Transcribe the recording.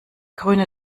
grüne